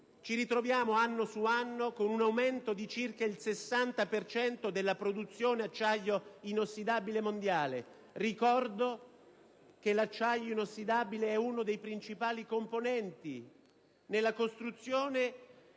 Ci ritroviamo, anno su anno, con un aumento di circa il 60 per cento della produzione di acciaio inossidabile mondiale. Ricordo che l'acciaio inossidabile è uno dei principali componenti nella costruzione